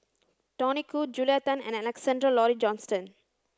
Tony Khoo Julia Tan and Alexander Laurie Johnston